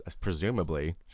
presumably